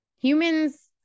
Humans